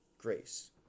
grace